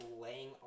laying